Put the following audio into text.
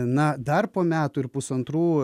na dar po metų ir pusantrų